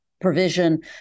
provision